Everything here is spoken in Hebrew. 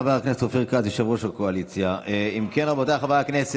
18 בעד, ח"י, אין מתנגדים,